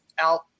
out